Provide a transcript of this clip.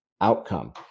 outcome